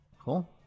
Cool